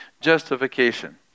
Justification